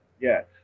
Yes